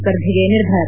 ಸ್ವರ್ಧೆಗೆ ನಿರ್ಧಾರ